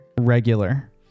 Regular